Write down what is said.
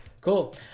cool